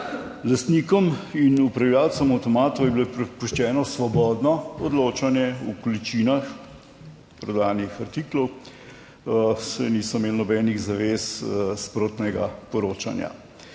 Lastnikom in upravljavcem avtomatov je bilo prepuščeno svobodno odločanje v količinah prodanih artiklov. Saj niso imeli nobenih zavez sprotnega poročanja.